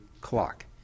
clock